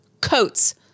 coats